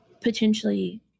potentially